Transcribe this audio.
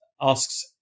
asks